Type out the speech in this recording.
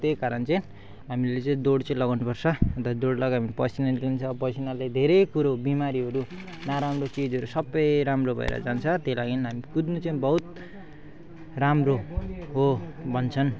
त्यही कारण चाहिँ हामीले चाहिँ दौड चाहिँ लगाउनु पर्छ अन्त दौड लगायो भने पसिना निस्कन्छ पसिनाले धेरै कुरो बिमारीहरू नराम्रो चिजहरू सबै राम्रो भएर जान्छ त्यही लागि हामी कुद्नु चाहिँ बहुत राम्रो हो भन्छन्